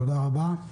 תודה רבה.